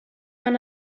van